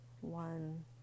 one